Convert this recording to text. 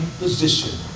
position